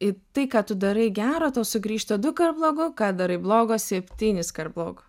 į tai kad tu darai gero tau sugrįžta dukart blogu kad darai blogo septyniskar blogo